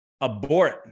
abort